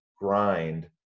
grind